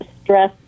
stress